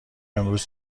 امروز